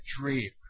dream